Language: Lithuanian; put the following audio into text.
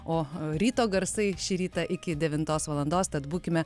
o ryto garsai šį rytą iki devintos valandos tad būkime